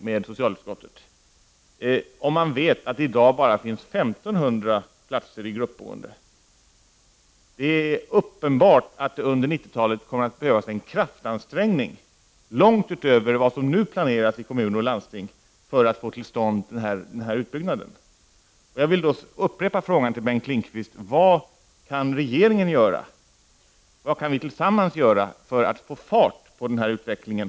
Den senare kalkylen är för övrigt den kalkyl som socialstyrelsen i går ställde sig bakom i hearingen med socialutskottet. Det är uppenbart att det under 90-talet kommer att behövas en kraftansträngning långt utöver vad som nu planeras i kommuner och landsting för att vi skall kunna få till stånd den här utbyggnaden. Jag vill upprepa min fråga till Bengt Lindqvist: Vad kan regeringen göra? Vad kan vi tillsammans göra för att få fart på utvecklingen?